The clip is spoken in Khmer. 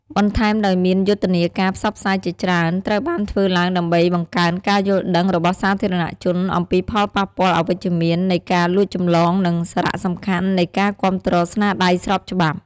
បន្ថែមដោយមាន យុទ្ធនាការផ្សព្វផ្សាយជាច្រើនត្រូវបានធ្វើឡើងដើម្បីបង្កើនការយល់ដឹងរបស់សាធារណជនអំពីផលប៉ះពាល់អវិជ្ជមាននៃការលួចចម្លង និងសារៈសំខាន់នៃការគាំទ្រស្នាដៃស្របច្បាប់។